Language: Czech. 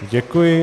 Děkuji.